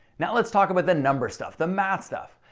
now let's talk about the number stuff the math stuff.